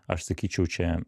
aš sakyčiau čia